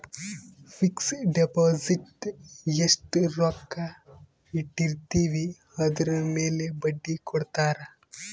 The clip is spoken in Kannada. ಫಿಕ್ಸ್ ಡಿಪೊಸಿಟ್ ಎಸ್ಟ ರೊಕ್ಕ ಇಟ್ಟಿರ್ತಿವಿ ಅದುರ್ ಮೇಲೆ ಬಡ್ಡಿ ಕೊಡತಾರ